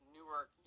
Newark